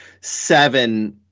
seven